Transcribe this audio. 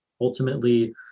ultimately